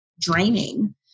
draining